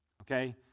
okay